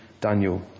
Daniel